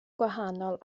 gwahanol